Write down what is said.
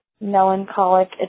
melancholic